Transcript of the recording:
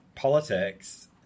Politics